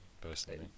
personally